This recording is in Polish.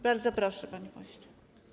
Bardzo proszę, panie pośle.